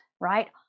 right